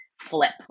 flip